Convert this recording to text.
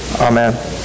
Amen